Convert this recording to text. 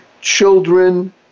children